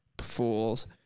fools